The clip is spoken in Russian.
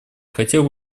хотел